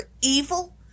evil